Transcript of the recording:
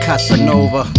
Casanova